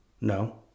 No